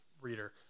reader